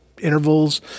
intervals